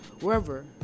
wherever